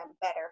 better